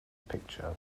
picture